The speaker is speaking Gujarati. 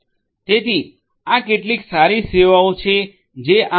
તેથી આ કેટલી સારી સેવાઓ છે જે આ એસ